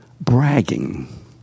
bragging